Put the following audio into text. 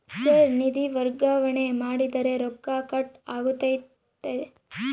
Sir ನಿಧಿ ವರ್ಗಾವಣೆ ಮಾಡಿದರೆ ರೊಕ್ಕ ಕಟ್ ಆಗುತ್ತದೆಯೆ?